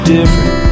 different